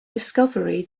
discovery